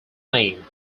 name